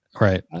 Right